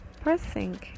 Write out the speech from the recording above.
pressing